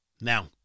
Now